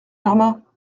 germain